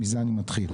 מזה אני מתחיל.